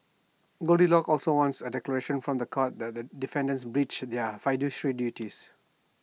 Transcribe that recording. goldilocks also wants A declaration from The Court that the defendants breached their fiduciary duties